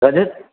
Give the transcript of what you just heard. गज